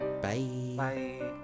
Bye